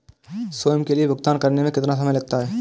स्वयं के लिए भुगतान करने में कितना समय लगता है?